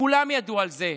כולם ידעו על זה.